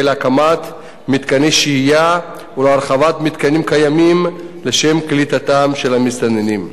להקמת מתקני שהייה ולהרחבת מתקנים קיימים לשם קליטתם של המסתננים.